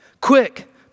quick